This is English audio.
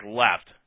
left